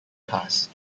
pass